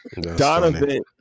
Donovan